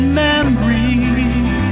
memories